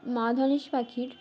মা ধনেশ পাখির